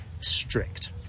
strict